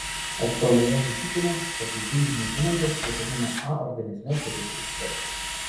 oftalmologė tikina kad teisingai maitinantis vitamino a organizme turėtų užtekti